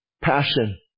passion